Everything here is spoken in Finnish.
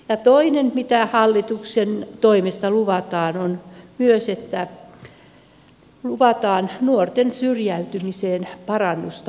toinen mitä hallituksen toimesta luvataan on se että luvataan nuorten syrjäytymiseen parannusta